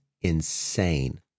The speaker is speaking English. insane